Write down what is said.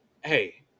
hey